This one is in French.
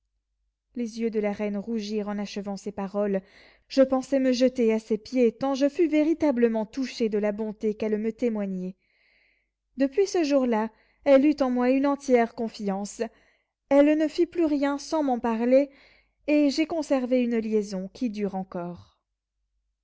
les yeux de la reine rougirent en achevant ces paroles je pensai me jeter à ses pieds tant je fus véritablement touché de la bonté qu'elle me témoignait depuis ce jour-là elle eut en moi une entière confiance elle ne fit plus rien sans m'en parler et j'ai conservé une liaison qui dure encore